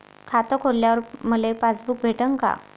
खातं खोलल्यावर मले पासबुक भेटन का?